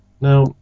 Now